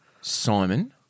Simon